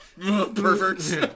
perverts